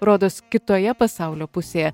rodos kitoje pasaulio pusėje